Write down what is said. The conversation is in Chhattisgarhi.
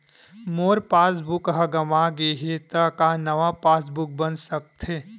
मोर पासबुक ह गंवा गे हे त का नवा पास बुक बन सकथे?